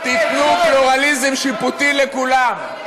תיתנו פלורליזם שיפוטי לכולם.